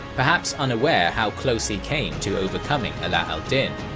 perhaps unaware how close he came to overcoming ala al-din.